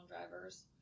drivers